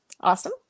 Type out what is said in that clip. awesome